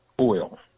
oil